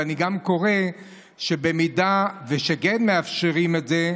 ואני גם קורא שאם כן מאפשרים את זה,